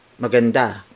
maganda